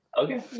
Okay